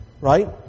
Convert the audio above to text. right